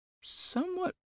somewhat